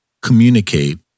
communicate